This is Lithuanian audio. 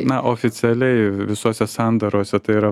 na oficialiai visose sandarose tai yra